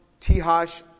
Tihash